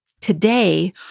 today